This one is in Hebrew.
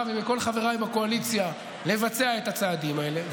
ומכל חבריי מהקואליציה לבצע את הצעדים האלה.